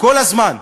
כל הזמן.